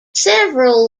several